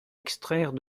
extraire